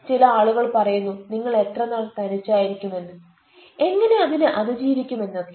ചില ആളുകൾ പറയുന്നു നിങ്ങൾ എത്രനാൾ തനിച്ചായിരിക്കുമെന്ന് എങ്ങനെ അതിനെ അതിജീവിക്കും എന്നൊക്കെ